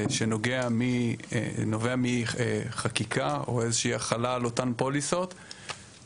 שנובע מחקיקה או איזה שהיא החלה על אותן פוליסות - עבורנו